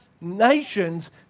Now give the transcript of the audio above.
nations